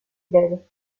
belle